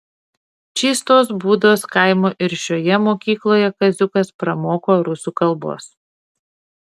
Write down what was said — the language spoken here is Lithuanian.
čystos būdos kaimo ir šioje mokykloje kaziukas pramoko rusų kalbos